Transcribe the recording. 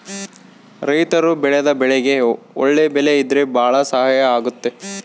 ರೈತರು ಬೆಳೆದ ಬೆಳೆಗೆ ಒಳ್ಳೆ ಬೆಲೆ ಇದ್ರೆ ಭಾಳ ಸಹಾಯ ಆಗುತ್ತೆ